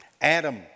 Adam